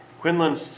Quinlan